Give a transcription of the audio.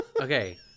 okay